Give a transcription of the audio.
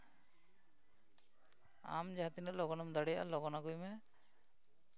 ᱟᱢ ᱡᱟᱦᱟᱸᱛᱤᱱᱟᱹᱜ ᱞᱚᱜᱚᱱᱮᱢ ᱫᱟᱲᱮᱭᱟᱜᱼᱟ ᱞᱚᱜᱚᱱ ᱟᱹᱜᱩᱭ ᱢᱮ